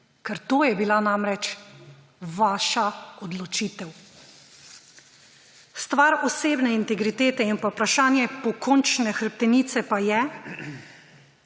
ker to je bila namreč vaša odločitev. Stvar osebne integritete in vprašanje pokončne hrbtenice pa je,